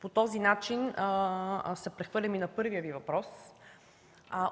По този начин се прехвърлям и на първия Ви въпрос,